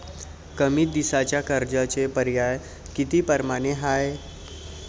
कमी दिसाच्या कर्जाचे पर्याय किती परमाने हाय?